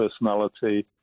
personality